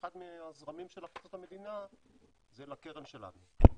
שאחד מהזרמים של הכנסות המדינה זה לקרן שלנו.